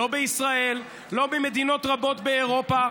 לא בישראל, לא במדינות רבות באירופה.